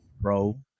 bro